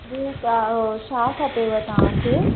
जीअं चओ छा खपेव तव्हांखे